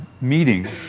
meeting